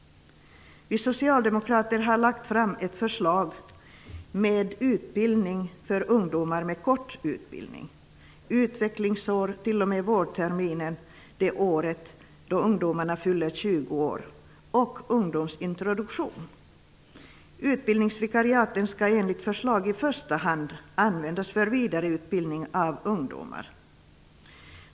Vi socialdemokrater har lagt fram ett förslag om utbildning för ungdomar med kort utbildning, utvecklingsår t.o.m. vårterminen det året då ungdomarna fyller 20 år och ungdomsintroduktion. Utbildningsvikariaten skall enligt förslaget i första hand användas för vidareutbildning av ungdomar.